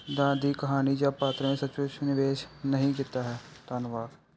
ਦਾ ਦੀ ਕਹਾਣੀ ਜਾਂ ਪਾਤਰਾਂ ਨਿਵੇਸ਼ ਨਹੀਂ ਕੀਤਾ ਹੈ ਧੰਨਵਾਦ